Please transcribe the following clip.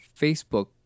Facebook